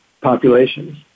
populations